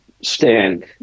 stand